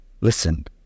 Listen